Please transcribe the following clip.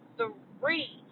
three